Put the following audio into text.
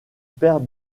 père